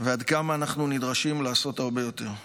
ועד כמה אנחנו נדרשים לעשות הרבה יותר.